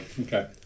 Okay